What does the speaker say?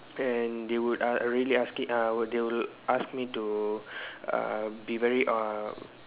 and they would uh really ask me uh they will ask me to uh be very uh